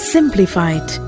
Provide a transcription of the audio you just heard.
Simplified